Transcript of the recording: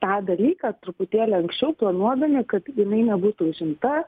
tą dalyką truputėlį anksčiau planuodami kad jinai nebūtų užimta